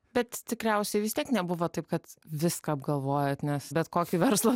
bet tikriausiai vis tiek nebuvo taip kad viską apgalvojot nes bet kokį verslą